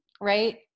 right